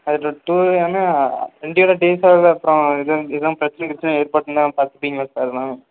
அது டூ வேன்னால் வண்டியில் டீசல் அப்புறம் எதுவும் எதுவும் பிரச்சின கிரிச்சின ஏற்பட்டுனால் பார்த்துப்பீங்களா சார் அதெல்லாம்